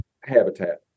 habitat